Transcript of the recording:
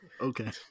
Okay